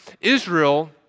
Israel